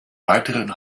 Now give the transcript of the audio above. weiteren